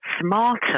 smarter